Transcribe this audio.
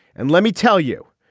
and let me tell you,